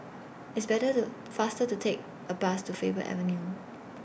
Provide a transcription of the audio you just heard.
It's Better to faster to Take A Bus to Faber Avenue